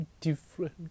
different